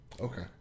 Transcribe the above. Okay